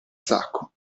sacco